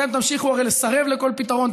אתם תמשיכו הרי לסרב לכל פתרון,